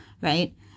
right